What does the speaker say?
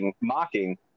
mocking